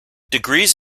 degrees